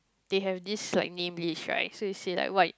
they have this like name list right so you say like what you